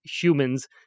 humans